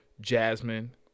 jasmine